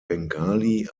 bengali